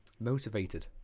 motivated